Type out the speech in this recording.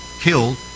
killed